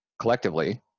collectively